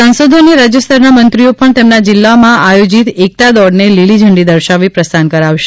સાંસદો અને રાજયસ્તરના મંત્રીઓ પણ તેમના જિલ્લામાં આયોજીત એકતા દોડને લીલી ઝંડી દર્શાવી પ્રસ્થાન કરાવશે